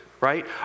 Right